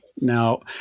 Now